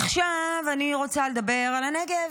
עכשיו אני רוצה לדבר על הנגב,